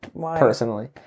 personally